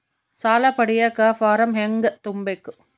ಸಾಲ ಪಡಿಯಕ ಫಾರಂ ಹೆಂಗ ತುಂಬಬೇಕು?